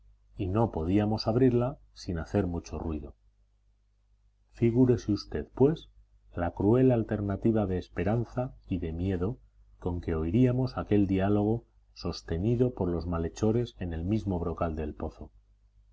y no podíamos abrirla sin hacer mucho ruido figúrese usted pues la cruel alternativa de esperanza y de miedo con que oiríamos aquel diálogo sostenido por los malhechores en el mismo brocal del pozo